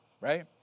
Right